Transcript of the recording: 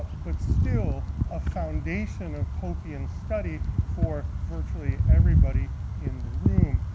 but still a foundation of popian study for virtually everybody in the room.